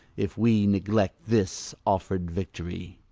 if we neglect this offer'd victory.